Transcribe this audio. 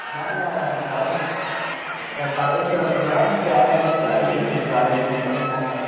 இந்தாண்ட டவுன் பழைய சூரமங்கலம் தியாகராஜி பாலிடெக்னிக் காலேஜுக்கிட்ட இந்தாண்ட இருக்குது